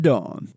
Dawn